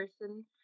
person